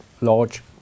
large